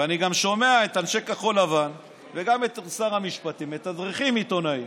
ואני גם שומע את אנשי כחול לבן וגם את שר המשפטים מתדרכים עיתונאים